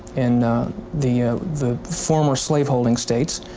in the the former slave-holding states,